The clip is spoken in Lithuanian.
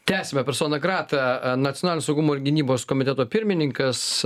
tęsiame persona grata nacionalinio saugumo ir gynybos komiteto pirmininkas